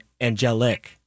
angelic